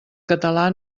català